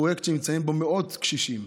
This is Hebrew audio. זה פרויקט שנמצאים בו מאות קשישים.